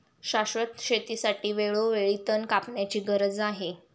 शाश्वत शेतीसाठी वेळोवेळी तण कापण्याची गरज आहे